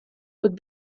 would